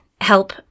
help